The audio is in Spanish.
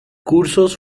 cursos